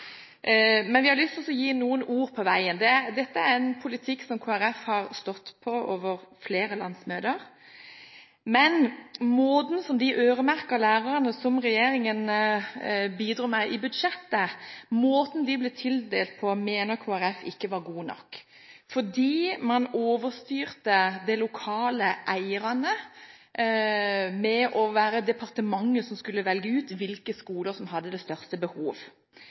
Men jeg har lyst til å gi noen ord med på veien. Dette er en politikk som Kristelig Folkeparti har stått for på flere landsmøter. Men de øremerkede tilskuddene til lærere som regjeringen bidro med i budsjettet, og måten de ble tildelt på, mener Kristelig Folkeparti ikke var god nok fordi man overstyrte de lokale eierne ved at det var departementet som skulle velge ut hvilke skoler som hadde det største